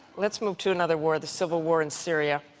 let's move to another war, the civil war in syria,